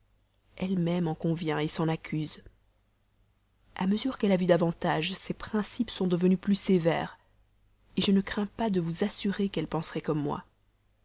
elle-même en convient s'en accuse a mesure qu'elle a vu davantage ses principes sont devenus plus sévères je ne crains pas de vous assurer qu'elle-même penserait comme moi